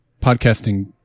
podcasting